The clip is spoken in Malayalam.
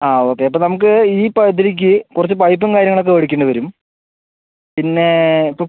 ആ ഓക്കെ അപ്പം നമുക്ക് ഈ പദ്ധതിക്ക് കുറച്ച് പൈപ്പും കാര്യങ്ങളൊക്കെ മേടിക്കണ്ടി വരും പിന്നെ ഇപ്പം